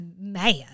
mad